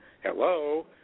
Hello